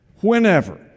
whenever